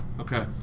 Okay